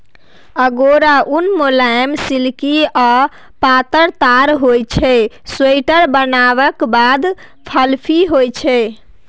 अगोरा उन मुलायम, सिल्की आ पातर ताग होइ छै स्वेटर बनलाक बाद फ्लफी होइ छै